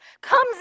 comes